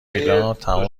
میلاد، تمام